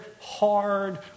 hard